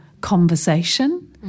conversation